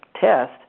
test